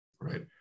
Right